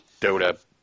Dota